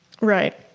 Right